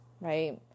right